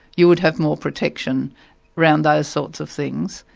you would have more protection around those sorts of things,